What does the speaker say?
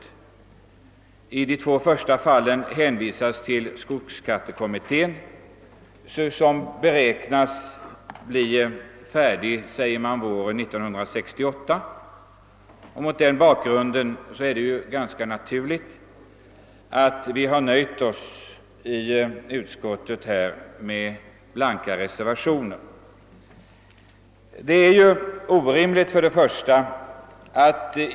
Beträffande de två första frågorna hänvisar utskottet till skogsskattekommittén, som utskottet beräknar skall bli färdig med sitt arbete våren 1968. Mot den bakgrunden är det ganska naturligt att jag i utskottet har nöjt mig med en blank reservation.